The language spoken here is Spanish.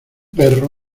perro